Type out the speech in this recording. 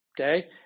Okay